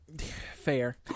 Fair